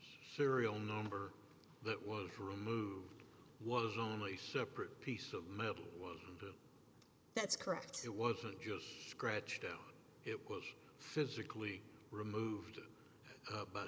serial number that was removed was only a separate piece of metal that's correct it wasn't just scratched out it was physically removed